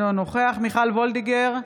אינו נוכח מיכל וולדיגר,